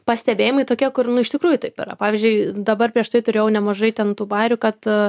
pastebėjimai tokie kur nu iš tikrųjų taip yra pavyzdžiui dabar prieš tai turėjau nemažai ten bajerių kad